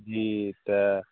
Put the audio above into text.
जी तऽ